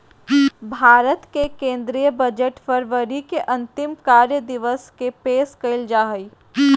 भारत के केंद्रीय बजट फरवरी के अंतिम कार्य दिवस के पेश कइल जा हइ